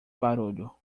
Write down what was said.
barulho